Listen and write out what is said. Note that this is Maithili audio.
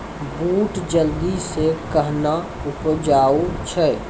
बूट जल्दी से कहना उपजाऊ छ?